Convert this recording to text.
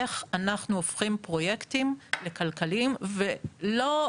איך אנחנו הופכים פרויקטים לכלכליים ולא,